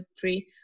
three